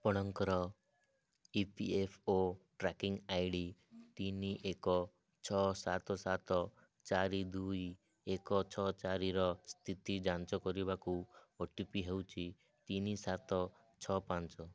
ଆପଣଙ୍କର E P F O tracking I D ତିନି ଏକ ଛଅ ସାତ ସାତ ଚାରି ଦୁଇ ଏକ ଛଅ ଚାରିର ସ୍ଥିତି ଯାଞ୍ଚ କରିବାକୁ ଓ ଟି ପି ହେଉଛି ତିନି ସାତ ଛଅ ପାଞ୍ଚ